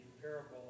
parable